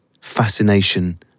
fascination